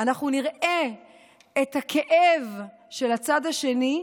אנחנו נראה את הכאב של הצד השני,